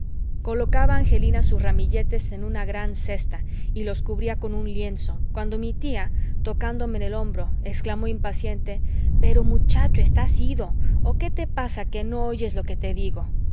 colocaba angelina sus ramilletes en una gran cesta y los cubría con un lienzo cuando mi tía tocándome en el hombro exclamó impaciente pero muchacho estás ido o qué te pasa que no oyes lo que te digo